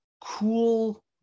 cool